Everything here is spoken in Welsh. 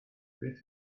beth